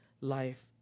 life